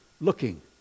looking